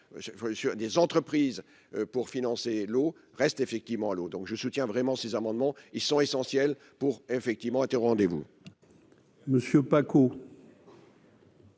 des entreprises pour financer l'eau reste effectivement l'eau donc je soutiens vraiment ces amendements, ils sont essentiels pour, effectivement, été au rendez-vous.